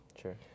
Sure